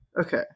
Okay